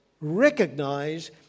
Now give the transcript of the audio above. recognize